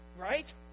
Right